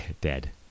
Dead